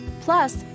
Plus